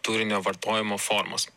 turinio vartojimo formos